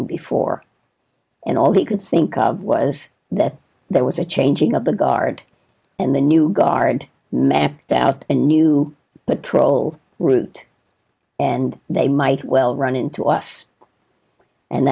g before and all he could think of was that there was a changing of the guard and the new guard mapped out a new patrol route and they might well run into us and